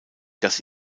dass